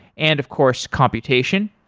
and of course, computation.